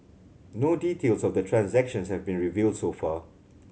no details of the transaction have been revealed so far